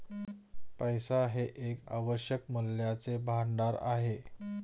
पैसा हे एक आवश्यक मूल्याचे भांडार आहे